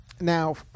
Now